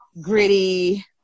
gritty